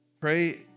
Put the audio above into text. pray